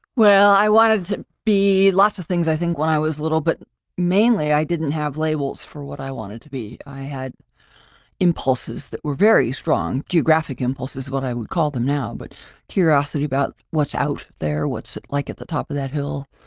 well, i wanted to be lots of things, i think when i was little. but mainly, i didn't have labels for what i wanted to be. i had impulses that were very strong geographic impulses, what i would call them now. but curiosity about what's out there, what's like at the top of that hill,